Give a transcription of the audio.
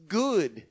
good